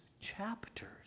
chapters